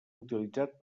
utilitzat